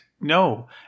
No